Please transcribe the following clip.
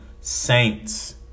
saints